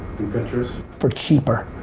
pinterest? for cheaper.